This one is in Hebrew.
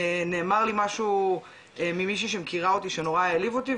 נאמר לי משהו ממישהי שנכירה אותי שנורא העליב אותי,